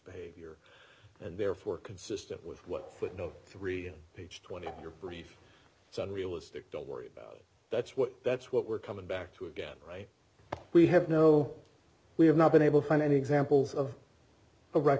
behavior and therefore consistent with what footnote three page twenty your brief it's unrealistic don't worry about that's what that's what we're coming back to again right we have no we have not been able to find any examples of